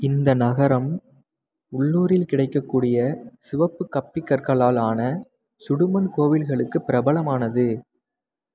இந்த நகரம் உள்ளூரில் கிடைக்கக்கூடிய சிவப்பு கப்பிக்கற்களால் ஆன சுடுமண் கோயில்களுக்குப் பிரபலமானது